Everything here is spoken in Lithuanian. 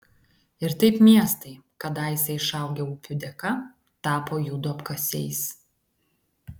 ir taip miestai kadaise išaugę upių dėka tapo jų duobkasiais